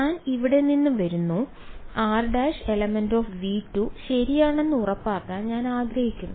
ഞാൻ ഇവിടെ നിന്ന് വരുന്നു r′ ∈ V2 ശരിയാണെന്ന് ഉറപ്പാക്കാൻ ഞാൻ ആഗ്രഹിക്കുന്നു